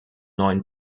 neuen